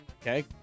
Okay